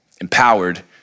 Empowered